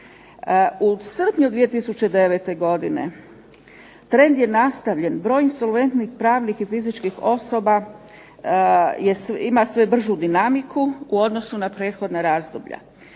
U srpnju 2009. godine trend je nastavljen. Broj insolventnih, pravnih i fizičkih osoba ima sve bržu dinamiku u odnosu na prethodna razdoblja.